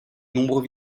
nombreux